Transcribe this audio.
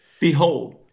behold